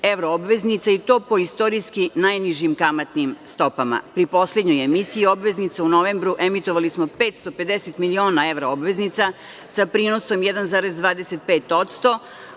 i to po istorijski najnižim kamatnim stopama. Pri poslednjoj emisiji obveznice u novembru emitovali smo 550 miliona evra obveznica, sa prinosom 1,25%.